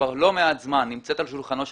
כבר לא מעט זמן נמצאת על שולחנו של